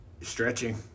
Stretching